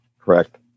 Correct